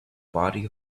body